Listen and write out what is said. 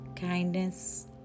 kindness